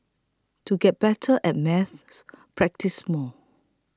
to get better at maths practise more